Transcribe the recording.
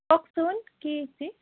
কওকচোন কি হৈছে